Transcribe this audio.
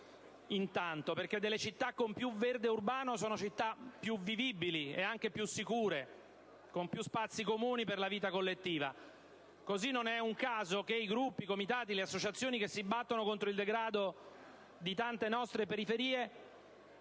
Intanto, perché le città con più verde urbano sono più vivibili, più sicure, con più spazi comuni per la vita collettiva. Così, non è un caso che i gruppi, i comitati, le associazioni che si battono contro il degrado di tante nostre periferie